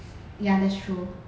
ya that's true